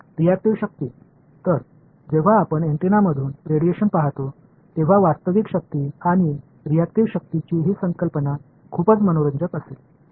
எதிர்வினை சக்தி எனவே ஆண்டெனாவிலிருந்து வரும் கதிர்வீச்சைப் பார்க்கும்போது உண்மையான சக்தி மற்றும் எதிர்வினை சக்தி பற்றிய இந்த கருத்து மிகவும் சுவாரஸ்யமாக இருக்கும்